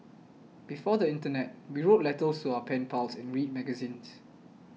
before the internet we wrote letters to our pen pals and read magazines